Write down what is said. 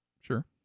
Sure